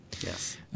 Yes